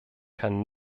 kann